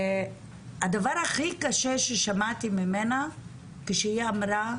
והדבר הכי קשה ששמעתי ממנה כשהיא אמרה: